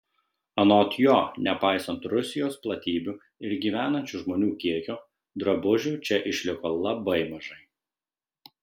anot jo nepaisant rusijos platybių ir gyvenančių žmonių kiekio drabužių čia išliko labai mažai